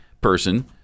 person